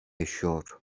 yaşıyor